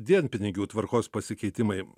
dienpinigių tvarkos pasikeitimai